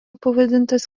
pavadintas